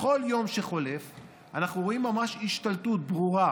בכל יום שחולף אנחנו רואים ממש השתלטות ברורה